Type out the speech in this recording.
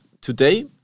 today